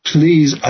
Please